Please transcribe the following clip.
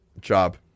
job